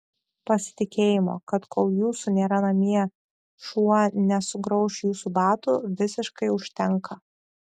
pasitikėjimo kad kol jūsų nėra namie šuo nesugrauš jūsų batų visiškai užtenka